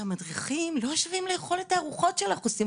שהמדריכים לא יושבים לאכול את הארוחות של החוסים,